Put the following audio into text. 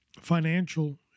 financial